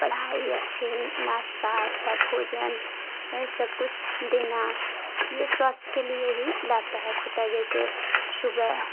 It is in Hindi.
पढ़ाई अच्छे नास्ता अच्छा भोजन ए सब कुछ देना ये स्वास्थ के लिए ही लाभदायक होता है जैसे सुबह